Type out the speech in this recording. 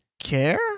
care